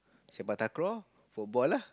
Sepak-Takraw football lah